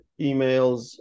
emails